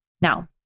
Now